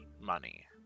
money